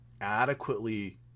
adequately